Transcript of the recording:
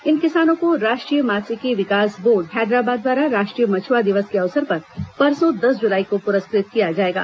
इन किसानों को राष्ट्रीय मात्स्यिकी विकास बोर्ड हैदराबाद द्वारा राष्ट्रीय मछुआ दिवस के अवसर पर परसों दस जुलाई को पुरस्कृत किया जाएगा